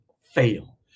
fail